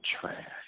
trash